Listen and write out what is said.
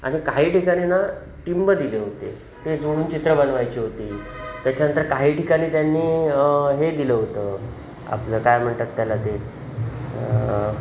आणि काही ठिकाणी ना टिंब दिले होते ते जोडून चित्र बनवायची होती त्याच्यानंतर काही ठिकाणी त्यांनी हे दिलं होतं आपलं काय म्हणतात त्याला ते